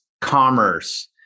commerce